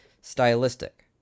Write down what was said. stylistic